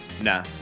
Nah